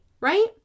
right